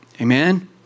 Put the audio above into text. Amen